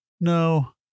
No